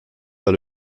par